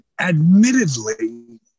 admittedly